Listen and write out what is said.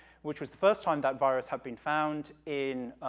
which was the first time that virus had been found in,